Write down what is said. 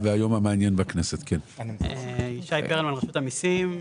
רשות המיסים.